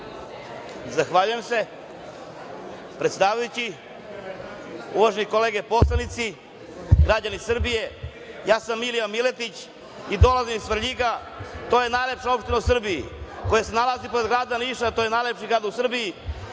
Zahvaljujem se. Predsedavajući, uvažene kolege poslanici, građani Srbije, ja sam Milija Miletić i dolazim iz Svrljiga. To je najlepša opština u Srbiji koja se nalazi pored grada Niša, a to je najlepši grad u Srbiji. Inače